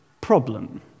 problem